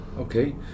Okay